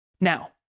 Now